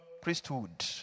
priesthood